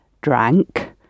drank